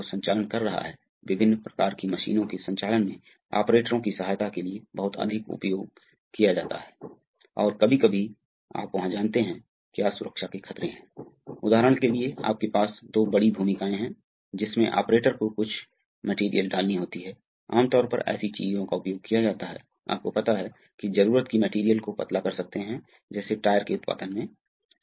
तो यह क्या हो रहा है अब दो पक्ष क्षेत्र अलग अलग हैं ठीक है इस विशेष दिशात्मक वाल्व को भी देखें जो दो स्थिति है और यह एक तरह का है आप जानते हैं कि यह निर्भर है इस अर्थ में कि जब आप क्या होता है क्या होता है जब दोनों सोलनॉइड्स बंद होते हैं अतः दोनों सोलनॉइड्स सोलनॉइड्स बंद हो जाते हैं तो यह सोलनॉइड सोलनॉइड्स के अंतिम ऑपरेशन के अनुरूप स्थिति में रहता है